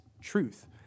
truth